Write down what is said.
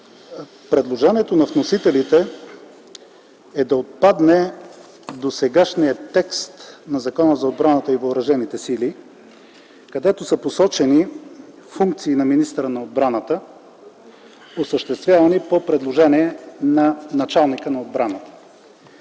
Предложението на вносителите е да отпадне досегашният текст на Закона за отбраната и Въоръжените сили, където са посочени функции на министъра на отбраната, осъществявани по предложение на началника на отбраната.